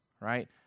right